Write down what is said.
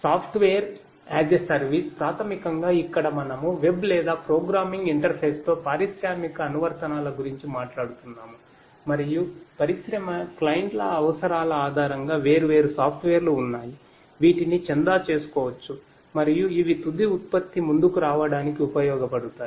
software as a service ప్రాథమికంగా ఇక్కడ మనము వెబ్ లేదా ప్రోగ్రామింగ్ ఇంటర్ఫేస్తో పారిశ్రామిక అనువర్తనాల గురించి మాట్లాడుతున్నాము మరియు పరిశ్రమ క్లయింట్ల అవసరాల ఆధారంగా వేర్వేరు సాఫ్ట్వేర్లు ఉన్నాయి వీటిని చందా చేసుకోవచ్చు మరియు ఇవి తుది ఉత్పత్తి ముందుకు రావడానికి ఉపయోగపడతాయి